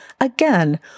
Again